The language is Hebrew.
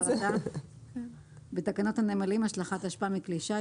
כהגדרתה בתקנות הנמלים השלכת אשפה מכלי שיט,